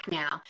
now